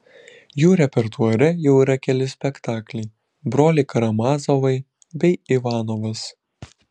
jų repertuare jau yra keli spektakliai broliai karamazovai bei ivanovas